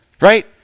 right